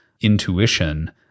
intuition